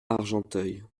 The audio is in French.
argenteuil